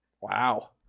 Wow